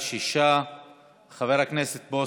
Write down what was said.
הנושא יעבור לוועדת החוקה, חוק ומשפט.